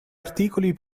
articoli